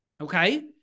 Okay